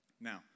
Now